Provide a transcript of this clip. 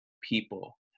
people